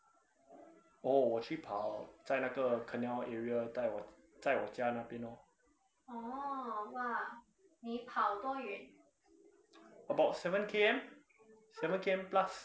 oh 我去跑在那个 canal area 在我在我家那边 lor about seven K_M seven K_M plus